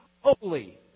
holy